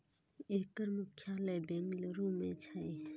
एकर मुख्यालय बेंगलुरू मे छै